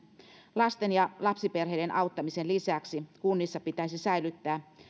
lasten ja lapsiperheiden auttamisen lisäksi kunnissa pitäisi säilyttää